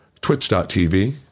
twitch.tv